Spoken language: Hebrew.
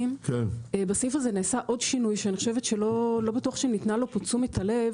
בסעיף הזה נעשה עוד שינוי שאני חושבת שלא בטוח שניתנה לו פה תשומת הלב